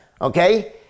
okay